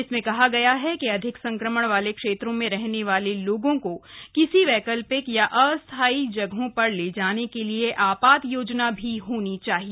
इसमें कहा गया है कि अधिक संक्रमण वाले क्षेत्रों में रहने वाले लोगों को किसी वैकल्पिक या अस्थाई जगहों पर ले जाने के लिए आपात योजना भी होनी चाहिए